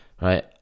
right